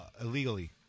illegally